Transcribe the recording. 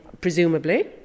presumably